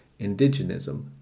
indigenism